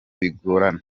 bigorana